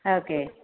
okay